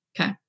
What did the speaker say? Okay